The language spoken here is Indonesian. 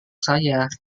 saya